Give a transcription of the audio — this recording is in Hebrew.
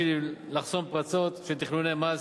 בשביל לחסום פרצות של תכנוני מס.